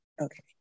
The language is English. Okay